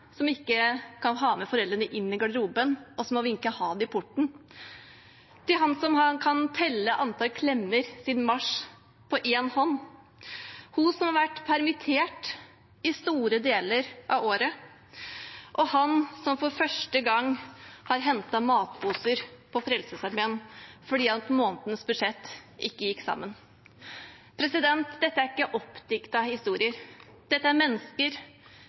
som ikke kan ha med foreldrene inn i garderoben, og som må vinke «ha det» i porten, til han som kan telle antall klemmer siden mars på én hånd, hun som har vært permittert i store deler av året, og han som for første gang har hentet matposer hos Frelsesarmeen fordi månedens budsjett ikke gikk sammen. Dette er ikke oppdiktede historier. Dette er mennesker